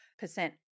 percent